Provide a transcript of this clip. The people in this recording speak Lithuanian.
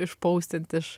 išpaustint iš